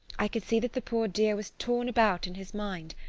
i could see that the poor dear was torn about in his mind.